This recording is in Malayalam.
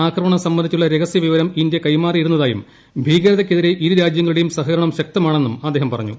ആക്രമണം സംബന്ധിച്ചുള്ള രഹസ്യ വിവരം ഇന്ത്യ കൈമാറിയിരുന്നതായും ഭീകതയ്ക്കെതിരെ ഇരുരാജ്യങ്ങളുടെയും സഹകരണം ശക്തമാണെന്നും അദ്ദേഹം പറഞ്ഞു